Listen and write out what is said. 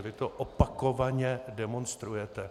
Vy to opakovaně demonstrujete.